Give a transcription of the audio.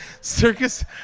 circus